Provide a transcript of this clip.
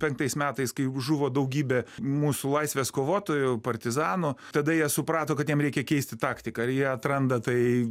penktais metais kai žuvo daugybė mūsų laisvės kovotojų partizanų tada jie suprato kad jiem reikia keisti taktiką ir jie atranda tai